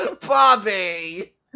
Bobby